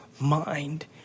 mind